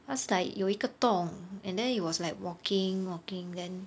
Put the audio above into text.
because like 有一个洞 and then he was like walking walking then